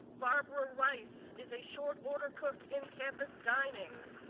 barbara rice is a short-order cook in campus dining.